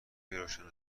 روشن